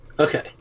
Okay